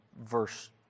verse